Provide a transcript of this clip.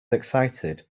excited